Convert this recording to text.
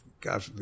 God